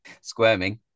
squirming